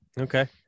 Okay